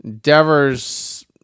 Devers